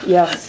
Yes